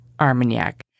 Armagnac